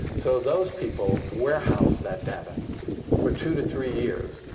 so those people warehouse that data for two to three years.